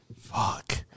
Fuck